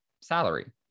salary